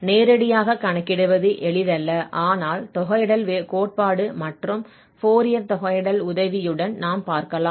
நேரடியாக கணக்கிடுவது எளிதல்ல ஆனால் தொகையிடல் கோட்பாடு மற்றும் ஃபோரியர் தொகையிடல் உதவியுடன் நாம் பார்க்கலாம்